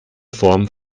form